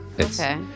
Okay